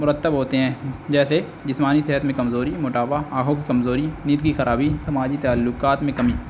مرتب ہوتے ہیں جیسے جسمانی صحت میں کمزوری موٹاپا آنکھوں کی کمزوری نیند کی خرابی سماجی تعلقات میں کمی